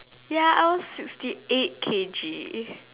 ya I was fifty eight kg